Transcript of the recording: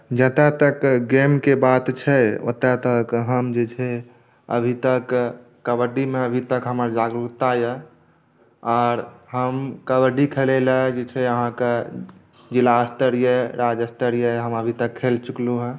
जतऽ तक गेम के बात छै ओतऽ तक हम जे छै अभीतक कबड्डी मे अभीतक हमर जागरूकता यऽ आर हम कबड्डी खेलै लए जे छै अहाँकेॅं जिला स्तरीय राज स्तरीय हम अभीतक खेल चुकलौ हँ